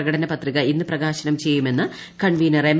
പ്രകടന പത്രിക ഇന്ന് പ്രകാശനം ചെയ്യുമെന്ന് ക്ക്ൺപീനർ എം